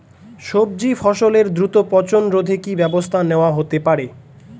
সবজি ফসলের দ্রুত পচন রোধে কি ব্যবস্থা নেয়া হতে পারে?